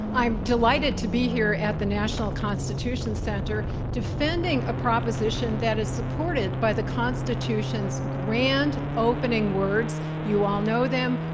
i'm delighted to be here at the national constitution center defending a proposition that is supported by the constitution's grand opening words. you all know them.